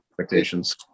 expectations